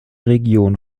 region